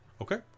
Okay